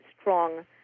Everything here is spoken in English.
strong